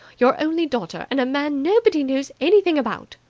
your only daughter and a man nobody knows anything about!